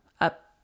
up